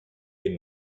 les